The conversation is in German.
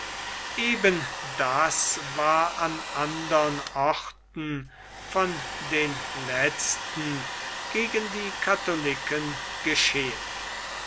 eben das war an andern orten von den letzten gegen die katholiken geschehen